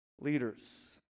leaders